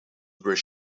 were